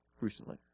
recently